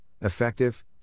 effective